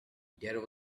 there